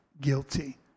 guilty